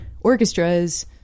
orchestras